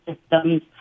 systems